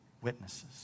Witnesses